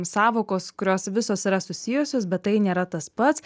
sąvokos kurios visos yra susijusios bet tai nėra tas pats